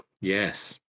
Yes